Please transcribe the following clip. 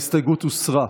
ההסתייגות הוסרה.